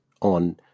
on